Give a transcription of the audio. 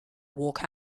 walk